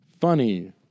Funny